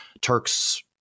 Turks